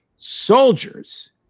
soldiers